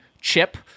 chip